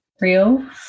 real